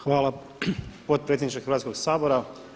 Hvala potpredsjedniče Hrvatskoga sabora.